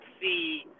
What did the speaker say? see